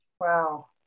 Wow